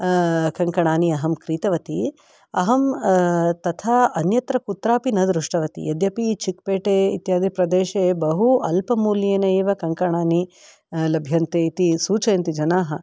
कङ्कणानि अहं क्रीतवती अहं तथा अन्यत्र कुत्रापि न दृष्टवती यद्यपि चिक्पेटे इत्यादि प्रदेशे बहु अल्पमूल्येन एव कङ्कणानि लभ्यन्ते इति सूचयन्ति जनाः